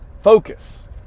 Focus